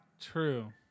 True